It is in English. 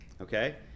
Okay